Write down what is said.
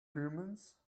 humans